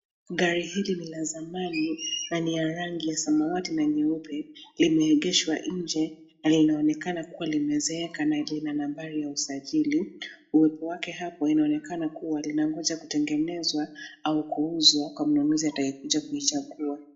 Gari hili ni la zamani, na ni ya rangi ya samawati na nyeupe. Limeegeshwa inje na linaonekana kuwa limezeeka na lina nambari ya usajili, uwepo wake hapo inaonekana kuwa linangoja kutengenezwa, au kuuzwa kwa mnunuzi atakayekuja kulichukua.